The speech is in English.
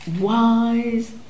wise